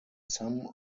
some